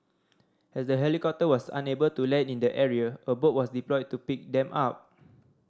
as the helicopter was unable to land in the area a boat was deployed to pick them up